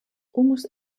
almost